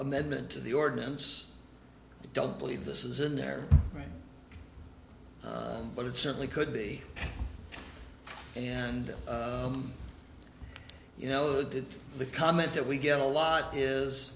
mendment to the ordinance i don't believe this is in their right but it certainly could be and i'm you know that the comment that we get a lot